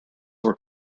were